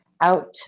out